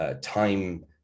time